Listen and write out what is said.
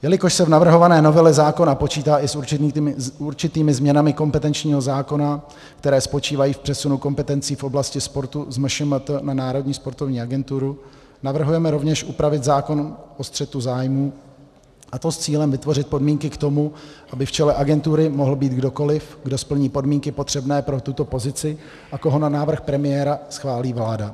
Jelikož se v navrhované novele zákona počítá i s určitými změnami kompetenčního zákona, které spočívají v přesunu kompetencí v oblasti sportu z MŠMT na Národní sportovní agenturu, navrhujeme rovněž upravit zákon o střetu zájmů, a to s cílem vytvořit podmínky k tomu, aby v čele agentury mohl být kdokoli, kdo splní podmínky potřebné pro tuto pozici a koho na návrh premiéra schválí vláda.